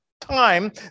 time